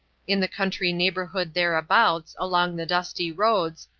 in the country neighborhood thereabouts, along the dusty roads,